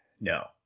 No